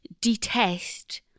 detest